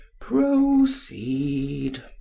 Proceed